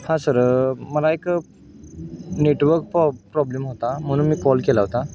हां सर मला एक नेटवर्क पॉ प्रॉब्लेम होता म्हणून मी कॉल केला होता